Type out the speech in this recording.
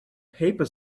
paper